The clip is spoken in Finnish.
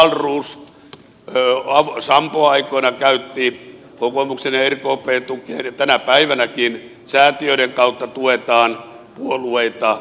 wahlroos sampo aikoinaan käytti kokoomuksen ja rkpn tukea ja tänä päivänäkin säätiöiden kautta tuetaan puolueita